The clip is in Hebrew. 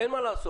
אין מה לעשות,